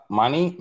money